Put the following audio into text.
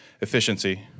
efficiency